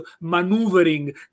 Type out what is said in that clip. maneuvering